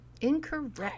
Incorrect